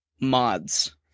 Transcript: mods